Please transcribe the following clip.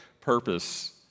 purpose